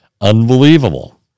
Unbelievable